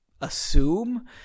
assume